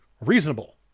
reasonable